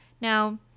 now